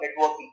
networking